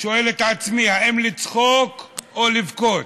שואל את עצמי אם לצחוק או לבכות.